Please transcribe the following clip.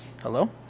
Hello